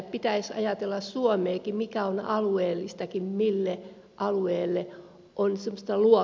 pitäisi ajatella suomeakin mikä on millekin alueelle luontaista